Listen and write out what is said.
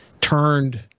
turned